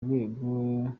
rwego